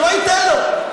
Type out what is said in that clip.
שלא ייתן לו.